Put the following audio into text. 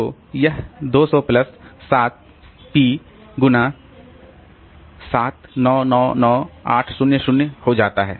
तो यह 200 plus 7 p गुणा 7999800 हो जाता है